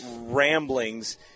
ramblings